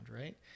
right